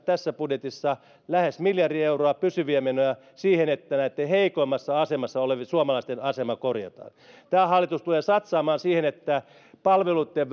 tässä budjetissa lähes miljardi euroa pysyviä menoja siihen että näitten heikoimmassa asemassa olevien suomalaisten asemaa korjataan tämä hallitus tulee satsaamaan siihen että palveluitten